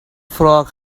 frog